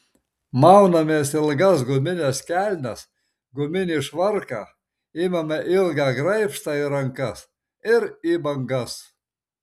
maunamės ilgas gumines kelnes guminį švarką imame ilgą graibštą į rankas ir į bangas